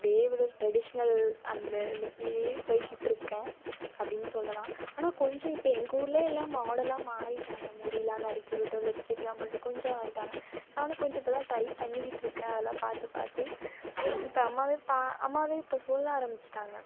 அப்படியே ஒரு ட்ரெடிஷ்னல் அந்த லுக்லையே போய்கிட்டு இருக்கேன் அப்படினு சொல்லலாம் ஆனால் கொஞ்சம் இப்போ எங்கள் ஊர்லையே எல்லாம் மாடலாக மாறிட்டாங்க முடியெலாம் நறுக்கி விட்டுட்டு லிப்ஸ்டிக்கெலாம் போட்டுகிட்டு கொஞ்சம் ஆகிட்டாங்க நானும் கொஞ்சம் இப்போ தான் ட்ரை பண்ணிக்கிட்டு இருக்கேன் அதெல்லாம் பார்த்து பார்த்து இப்போ அம்மாவே பா அம்மாவே இப்போ சொல்ல ஆரமிச்சுட்டாங்க